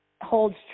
holds